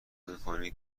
میکنی